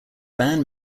band